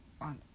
On